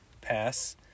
pass